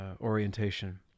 orientation